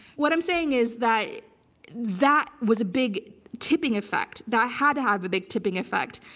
what i'm saying is, that that was a big tipping effect. that had to have a big tipping effect.